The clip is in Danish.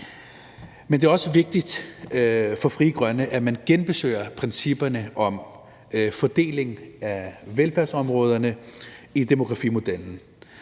Men det er også vigtigt for Frie Grønne, at man genbesøger principperne om fordeling af velfærdsområderne i demografimodellen.